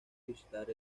visitar